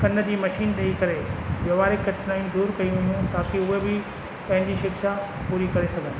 कन जी मशीन ॾई करे व्यवहारिक कठिनाई दूरि कयूं हुयूं ताकि उहे बि पंहिंजी शिक्षा पूरी करे सघनि